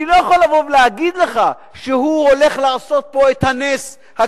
אני לא יכול לבוא ולהגיד לך שהוא הולך לעשות פה את הנס הגדול.